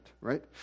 right